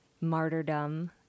martyrdom